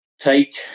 take